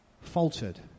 faltered